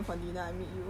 no